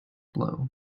blow